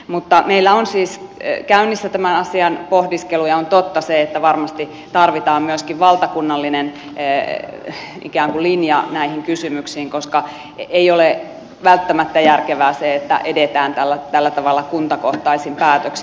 mutta meillä on siis käynnissä tämän asian pohdiskelu ja on totta se että varmasti tarvitaan myöskin valtakunnallinen ikään kuin linja näihin kysymyksiin koska ei ole välttämättä järkevää se että edetään tällä tavalla kuntakohtaisin päätöksin